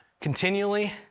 continually